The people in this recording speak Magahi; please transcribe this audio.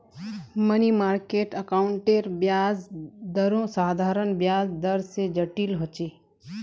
मनी मार्किट अकाउंटेर ब्याज दरो साधारण ब्याज दर से जटिल होचे